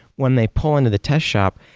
when they pull into the test shop,